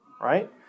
Right